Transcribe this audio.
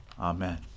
Amen